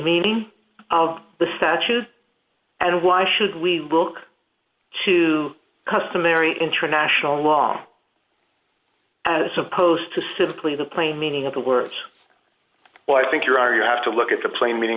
meaning of the statues and why should we look to customary international law as opposed to simply the plain meaning of the words i think you are you have to look at the plain meaning